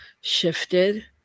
shifted